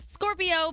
Scorpio